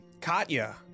Katya